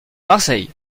marseille